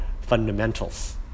fundamentals